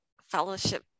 Fellowship